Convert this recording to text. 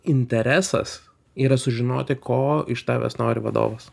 interesas yra sužinoti ko iš tavęs nori vadovas